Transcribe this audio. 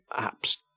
apps